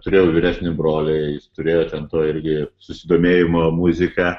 turėjau vyresnį brolį jis turėjo ten toj irgi susidomėjimo muzika